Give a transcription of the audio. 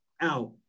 out